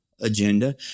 agenda